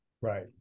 Right